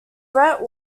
brett